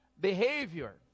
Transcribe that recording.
behavior